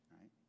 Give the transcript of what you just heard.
right